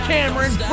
Cameron